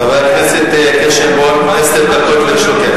חברת הכנסת קירשנבאום, עשר דקות לרשותך.